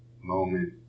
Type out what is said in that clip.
moment